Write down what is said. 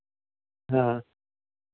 हां